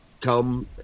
come